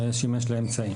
ושימש לאמצעים.